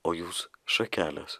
o jūs šakelės